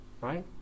right